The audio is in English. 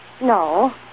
No